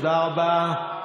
תודה רבה.